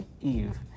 Eve